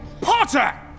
Potter